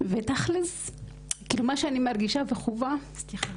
ותכלס כאילו מה שאני מרגישה וחווה, סליחה.